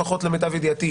לפחות למיטב ידיעתי,